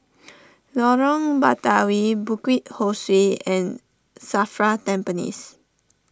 Lorong Batawi Bukit Ho Swee and Safra Tampines